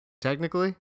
Technically